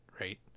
right